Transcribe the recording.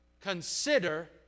consider